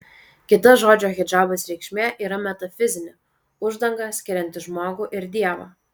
kita žodžio hidžabas reikšmė yra metafizinė uždanga skirianti žmogų ir dievą